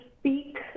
speak